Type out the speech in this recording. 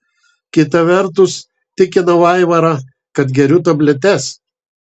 kita vertus tikinau aivarą kad geriu tabletes